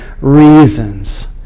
reasons